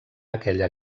aquella